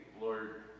lord